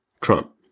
Trump